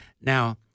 Now